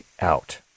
out